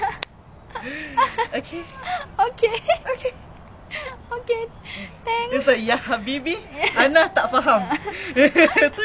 like deep down I will ask myself is it caused by cemburu or what but honestly honestly I no you know